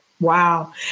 wow